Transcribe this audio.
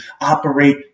operate